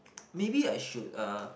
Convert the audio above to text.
maybe I should uh